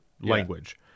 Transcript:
language